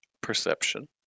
Perception